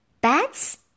Bats